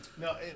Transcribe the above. no